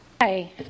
Hi